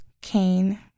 Cain